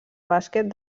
bàsquet